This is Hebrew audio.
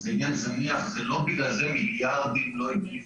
זה עניין זניח ולא בגלל זה מיליארדים לא הגיעו.